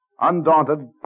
Undaunted